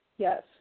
Yes